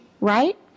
right